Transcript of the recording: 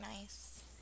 nice